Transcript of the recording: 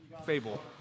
Fable